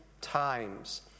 times